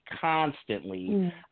constantly